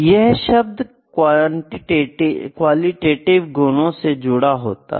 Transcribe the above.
यह शब्द क्वालिटेटिव गुणों से जुड़ा होता है